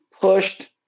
pushed